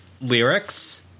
lyrics